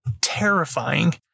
terrifying